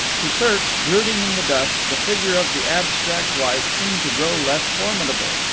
to kirk, brooding in the dusk, the figure of the abstract wife seemed to grow less formidable,